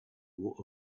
wore